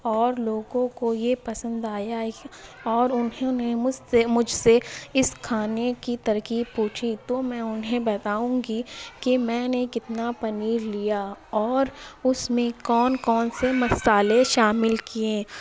اور لوگوں کو یہ پسند آیا اور انہوں نے مجھ سے مجھ سے اس کھانے کی ترکیب پوچھی تو میں انہیں بتاؤں گی کہ میں نے کتنا پنیر لیا اور اس میں کون کون سے مسالے شامل کیے